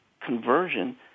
conversion